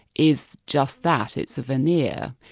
is just that, it's a veneer,